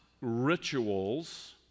rituals